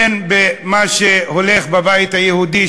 הן במה שהולך בבית היהודי,